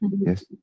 yes